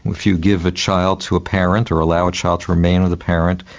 if you give a child to a parent or allow a child to remain with a parent,